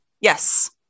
Yes